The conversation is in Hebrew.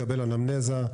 מקבל אנמנזה,